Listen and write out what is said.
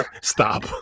Stop